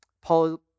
Paul